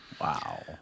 Wow